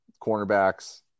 cornerbacks